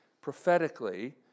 prophetically